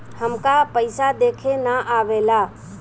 हमका पइसा देखे ना आवेला?